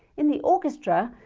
in the orchestra,